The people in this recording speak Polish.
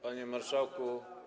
Panie Marszałku!